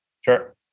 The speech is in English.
Sure